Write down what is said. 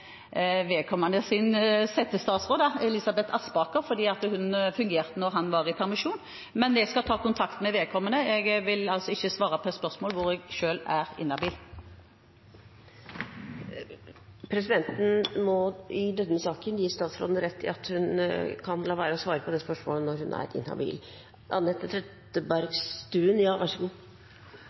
fungerte da kunnskapsministeren var i permisjon. Men jeg skal ta kontakt med vedkommende. Jeg vil altså ikke svare på et spørsmål hvor jeg selv er inhabil. Presidenten må i denne saken gi statsråden rett i at hun kan la være å svare på det spørsmålet når hun er inhabil.